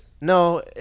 No